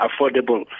affordable